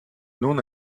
non